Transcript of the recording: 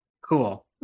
cool